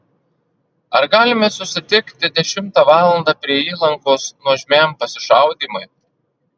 ar galime susitikti dešimtą valandą prie įlankos nuožmiam pasišaudymui